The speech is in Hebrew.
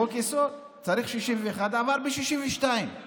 חוק-יסוד, צריך 61, עבר ב-62;